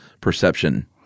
perception